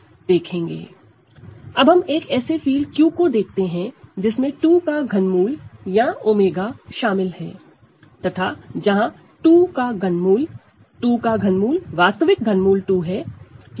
Refer Slide Time 0349 अब हम एक ऐसे फील्ड Q ∛ 2 𝜔को देखते हैं जहां 2 का ∛ वास्तविक ∛ 2 है